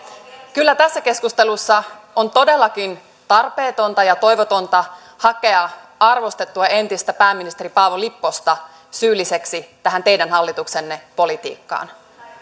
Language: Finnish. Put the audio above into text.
kyllä tässä keskustelussa on todellakin tarpeetonta ja toivotonta hakea arvostettua entistä pääministeri paavo lipposta syylliseksi tähän teidän hallituksenne politiikkaan